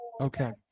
Okay